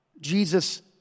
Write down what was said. Jesus